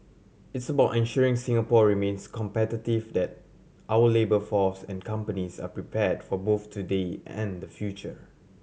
it's about ensuring Singapore remains competitive that our labour force and companies are prepared for both today and the future